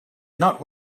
not